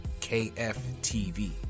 KFTV